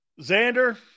Xander